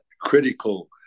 critical